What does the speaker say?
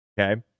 okay